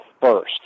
first